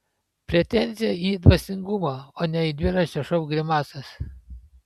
pretenzija į dvasingumą o ne į dviračio šou grimasas